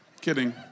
Kidding